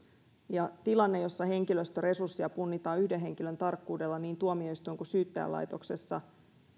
tämä tilanne jossa henkilöstöresursseja punnitaan yhden henkilön tarkkuudella niin tuomioistuinlaitoksessa kuin syyttäjälaitoksessa